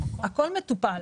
הכול מטופל.